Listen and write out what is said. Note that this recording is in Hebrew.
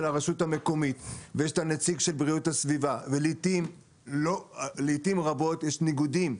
הרשות המקומית ויש את הנציג של בריאות הסביבה ולעתים רבות יש ניגודים,